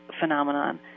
phenomenon